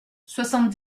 soixante